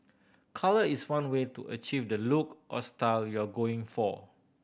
colour is one way to achieve the look or style you're going for